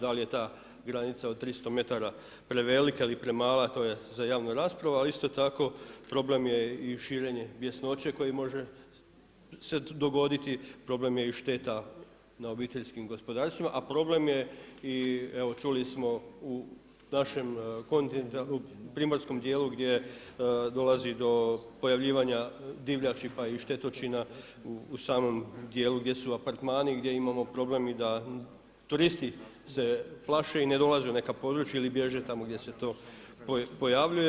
Da li je ta granica od 300 metara prevelika ili premala, to je za javnu raspravu, a isto tako problem je i širenje bjesnoće koje može se dogoditi, problem je i šteta na obiteljskim gospodarstvima, a problem je i evo čuli smo u našem kontinentalnom, u primorskom dijelu gdje dolazi do pojavljivanja divljači pa i štetočina u samom dijelu gdje su apartmani, gdje imamo problem i da turisti se plaše i ne dolaze u neka područja ili biježe tamo gdje se to pojavljuje.